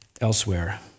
elsewhere